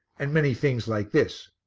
and many things like this.